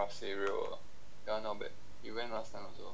cereal you now but you went last time also